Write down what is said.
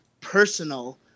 personal